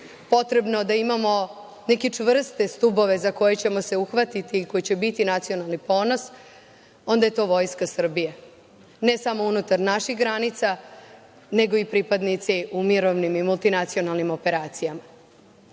potrebno da imamo neke čvrste stubove za koje ćemo se uhvatiti i koji će biti nacionalni ponos, onda je to Vojska Srbije, ne samo unutar naših granica, nego i pripadnici u mirovnim i multinacionalnim operacijama.